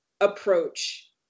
approach